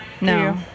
No